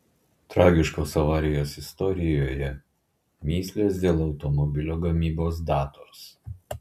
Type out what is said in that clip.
tragiškos avarijos istorijoje mįslės dėl automobilio gamybos datos